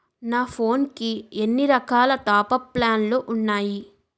నా ఫోన్ కి ఎన్ని రకాల టాప్ అప్ ప్లాన్లు ఉన్నాయి?